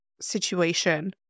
situation